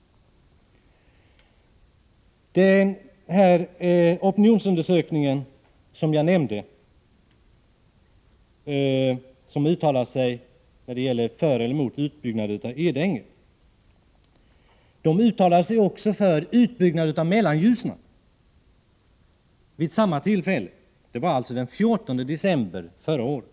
Beträffande den opinionsundersökning som jag nämnde och som gällde utbyggnad av Edänge vill jag framhålla att de tillfrågade personerna vid samma tillfälle fick uttala sig om en utbyggnad av Mellanljusnan. Det var alltså den 14 december förra året.